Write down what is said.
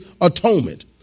atonement